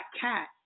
cat